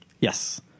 Yes